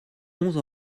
onze